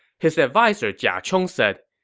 his adviser jia chong said,